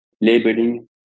labeling